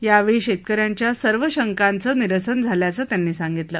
यावेळी शेतक यांच्या सर्व शंकांचं निरसन झाल्याचं त्यांनी सांगितलं